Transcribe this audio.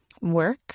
Work